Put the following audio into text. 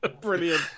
Brilliant